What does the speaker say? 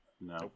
No